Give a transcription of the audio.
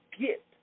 get